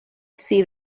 see